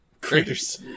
craters